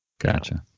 Gotcha